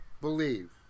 believe